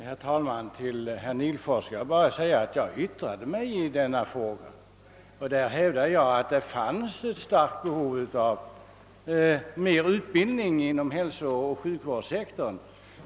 Herr talman! Till herr Nihlfors vill jag säga att jag i mitt anförande tog upp den fråga som han nämnde och hävdade att det finns ett starkt behov av ökad utbildning inom hälsooch sjukvårdssektorn.